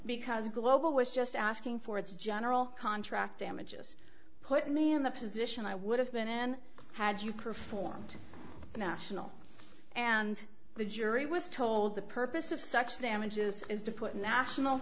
because global was just asking for its general contract damages put me in the position i would have been in had you performed the national and the jury was told the purpose of such damages is to put national